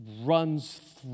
runs